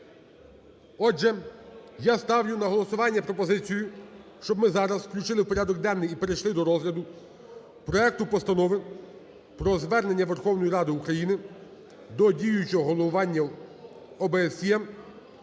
Отже, я ставлю на голосування пропозицію, щоб ми зараз включили в порядок денний і перейшли до розгляду проекту Постанови про Звернення Верховної Ради України до діючого головування ОБСЄ